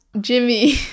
jimmy